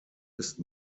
ist